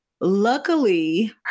Luckily